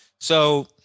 So-